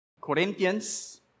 Corinthians